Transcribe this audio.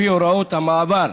לפי הוראות המעבר,